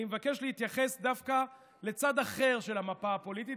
אני מבקש להתייחס דווקא לצד אחר של המפה הפוליטית,